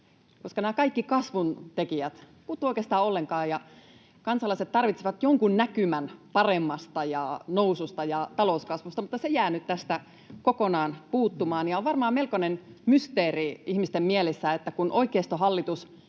koska nämä kaikki kasvun tekijät puuttuvat, ei ole oikeastaan ollenkaan, ja kansalaiset tarvitsevat jonkun näkymän paremmasta, noususta ja talouskasvusta, mutta se jää nyt tästä kokonaan puuttumaan. On varmaan melkoinen mysteeri ihmisten mielissä, että kun oikeistohallitus